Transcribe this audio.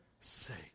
sake